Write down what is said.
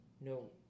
no